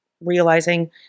realizing